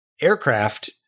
aircraft